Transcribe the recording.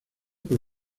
por